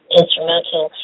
instrumental